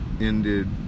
ended